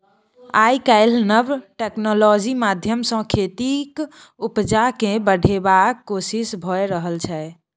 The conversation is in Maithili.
आइ काल्हि नब टेक्नोलॉजी माध्यमसँ खेतीक उपजा केँ बढ़ेबाक कोशिश भए रहल छै